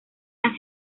las